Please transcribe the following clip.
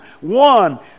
one